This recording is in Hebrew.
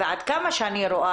ועד כמה שאני רואה,